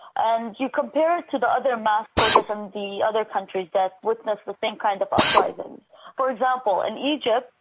and you compare it to the other mass protests in um the other countries that witnessed the same kind of uprisings for example, in egypt,